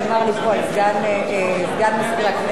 סגן מזכיר הכנסת,